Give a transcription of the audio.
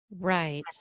Right